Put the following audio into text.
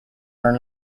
are